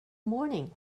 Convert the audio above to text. morning